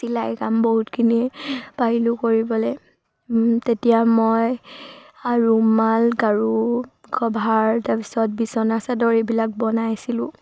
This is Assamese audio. চিলাই কাম বহুতখিনিয়ে পাৰিলোঁ কৰিবলৈ তেতিয়া মই ৰুমাল গাৰু কভাৰ তাৰপিছত বিছনা চাদৰ এইবিলাক বনাইছিলোঁ